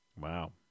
Wow